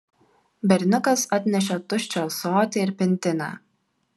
berniukas atnešė tuščią ąsotį ir pintinę